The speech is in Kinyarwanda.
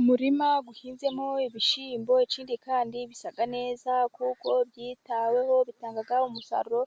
Umurima uhinzemo ibishyimbo, ikindi kandi bisa neza kuko byitaweho bitanga umusaruro